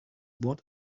what